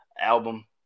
album